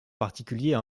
particulier